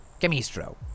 chemistro